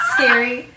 Scary